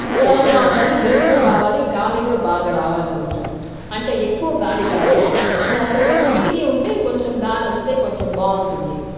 విశాలంగా ఉండాలి వెలుతురు రావాలి గాలి కూడా బాగా రావాలి కొంచెం అంటే ఎక్కువ గాలి కాదు ఒక ఒక కిటికీ ఉంటే కొంచెం గాలి వస్తే కొంచెం బాగుంటుంది